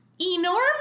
Enormous